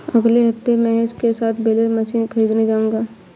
अगले हफ्ते महेश के साथ बेलर मशीन खरीदने जाऊंगा